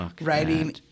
writing